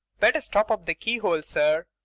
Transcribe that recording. better stop up the keyhole, sir,